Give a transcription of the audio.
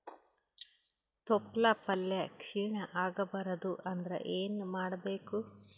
ತೊಪ್ಲಪಲ್ಯ ಕ್ಷೀಣ ಆಗಬಾರದು ಅಂದ್ರ ಏನ ಮಾಡಬೇಕು?